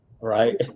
Right